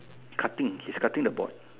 cutting he's cutting the board